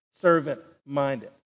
servant-minded